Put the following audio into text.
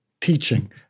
teaching